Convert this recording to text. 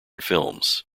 films